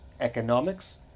economics